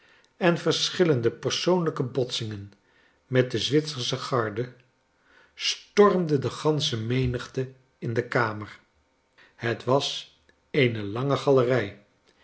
en verschillende persoqnlijke botsingen met de zwitsersche gai'de stormde de gansche menigte in de kamer het was eene lange galerij